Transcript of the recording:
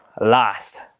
last